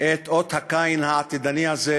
את אות הקין העתידני הזה,